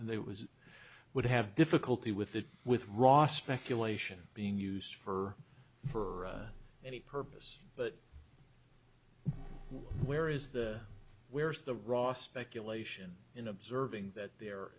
there was would have difficulty with that with raw speculation being used for for any purpose but where is the where's the raw speculation in observing that there